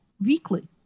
weekly